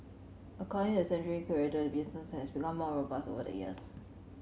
according to the sanctuary curator the business has become more robust over the years